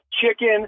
chicken